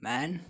Man